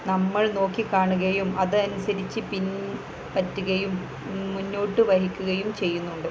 നമ്മൾ നോക്കിക്കാണുകയും അത് അനുസരിച്ച് പിൻ പറ്റുകയും മുന്നോട്ട് വഹിക്കുകയും ചെയ്യുന്നുണ്ട്